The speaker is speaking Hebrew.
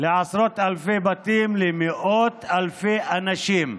עשרות אלפי בתים, עם מאות אלפי אנשים,